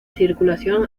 circulación